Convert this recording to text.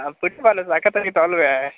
ಹಾಂ ಪುಟ್ಬಾಲು ಸಖತ್ತಾಗಿತ್ತು ಅಲ್ಲವೇ